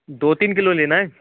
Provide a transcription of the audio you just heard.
दो तीन किलो लेना है